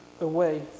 away